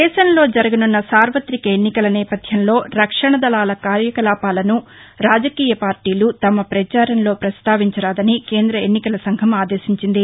దేశంలో జరగునున్న సార్వతిక ఎన్నికల నేపథ్యంలో రక్షణ దళాల కార్యకలాపాలను రాజకీయ పార్టీలు తమ ప్రచారంలో ప్రస్తావించరాదని కేంద్ర ఎన్నికల సంఘం ఆదేశించింది